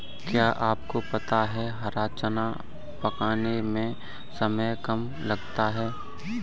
क्या आपको पता है हरा चना पकाने में समय कम लगता है?